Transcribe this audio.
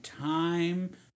time